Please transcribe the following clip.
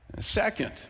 Second